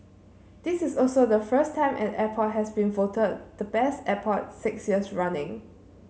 this is also the first time an airport has been voted the Best Airport six years running